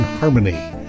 Harmony